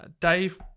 Dave